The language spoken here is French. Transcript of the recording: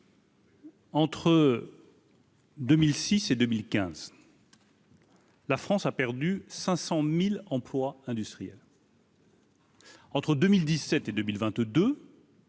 Entre. 2006 et 2015. La France a perdu 500000 emplois industriels. Entre 2017 et 2022.